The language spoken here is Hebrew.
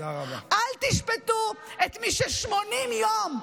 אל תשפטו את מי ש-80 יום,